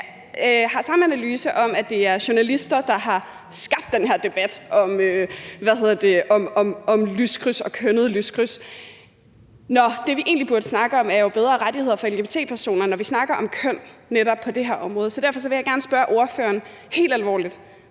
jeg har samme analyse om, at det er journalister, der har skabt den her debat om kønnede lyskryds. Nå, det, vi egentlig burde snakke om, er jo bedre rettigheder for lgbt-personer, når vi snakker om køn netop på det her område. Så derfor vil jeg gerne spørge ordføreren, helt alvorligt: